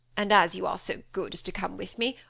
and as you are so good as to come with me,